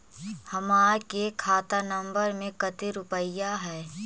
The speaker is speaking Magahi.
हमार के खाता नंबर में कते रूपैया है?